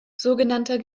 sogenannter